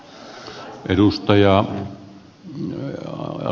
arvoisa puhemies